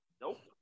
Nope